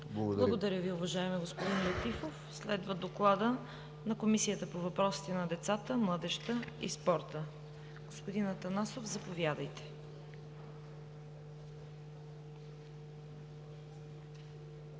Благодаря Ви, уважаеми господин Летифов. Следва Докладът на Комисията по въпросите на децата, младежта и спорта. Господин Атанасов, заповядайте.